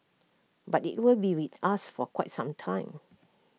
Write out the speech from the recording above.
but IT will be with us for quite some time